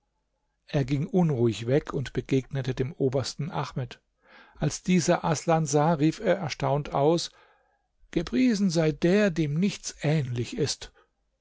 er ging unruhig weg und begegnete dem obersten ahmed als dieser aßlan sah rief er erstaunt aus gepriesen sei der dem nichts ähnlich ist